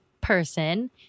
person